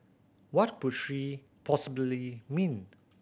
what could she possibly mean